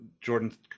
Jordan